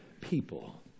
People